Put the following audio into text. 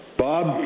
Bob